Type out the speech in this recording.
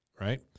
right